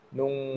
Nung